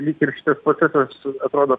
lyg ir šitas procesas atrodo